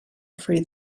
free